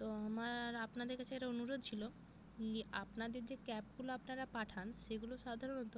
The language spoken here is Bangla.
তো আমার আপনাদের কাছে একটা অনুরোধ ছিলো ই আপনাদের যে ক্যাবগুলো আপনারা পাঠান সেগুলো সাধারণত